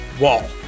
wall